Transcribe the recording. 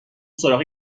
سراغ